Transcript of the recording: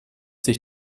sich